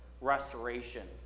restoration